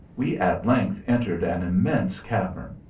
we at length entered an immense cavern,